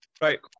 Right